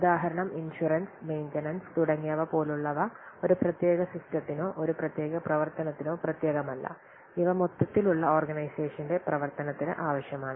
ഉദാഹരണം insurance maintenance തുടങ്ങിയവ പോലുള്ളവ ഒരു പ്രത്യേക സിസ്റ്റത്തിനോ ഒരു പ്രത്യേക പ്രവർത്തനത്തിനോ പ്രത്യേകമല്ല ഇവ മൊത്തത്തിലുള്ള ഓർഗനൈസേഷന്റെ പ്രവർത്തനത്തിന് ആവശ്യമാണ്